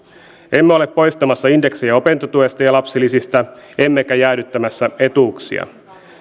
emme ole poistamassa indeksejä opintotuesta ja ja lapsilisistä emmekä jäädyttämässä etuuksia